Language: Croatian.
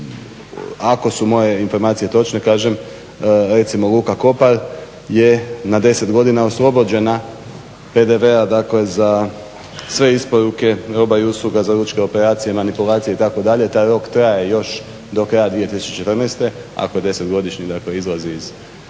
ako su moje informacije točne. Kažem, recimo Luka Kopar je na 10 godina oslobođena PDV-a dakle za sve isporuke roba i usluga za lučke operacije, manipulacije itd. i taj rok traje još do kraja 2014., ako je desetogodišnji dakle izlazi iz,